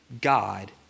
God